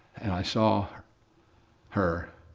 and i saw her,